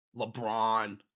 LeBron